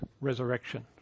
resurrection